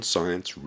Science